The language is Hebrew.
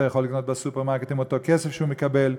יכול לקנות בסופרמרקט עם אותו כסף שהוא מקבל.